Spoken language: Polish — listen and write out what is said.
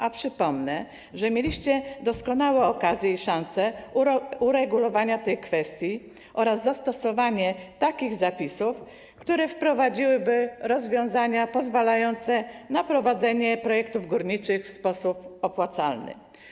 A przypomnę, że mieliście doskonałe okazje i szanse uregulowania tych kwestii oraz zastosowania takich zapisów, które wprowadziłyby rozwiązania pozwalające na prowadzenie projektów górniczych w sposób opłacalny.